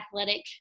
athletic